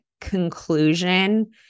conclusion